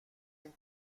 این